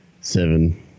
Seven